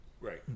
right